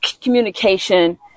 communication